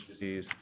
disease